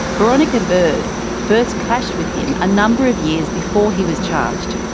veronica bird first clashed with him a number of years before he was charged.